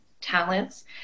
talents